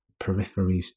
peripheries